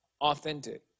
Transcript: authentic